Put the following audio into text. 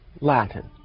Latin